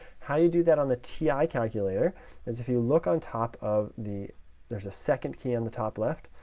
how you do that on the ti calculator is if you look on top of the there's a second key on the top left,